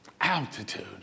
altitude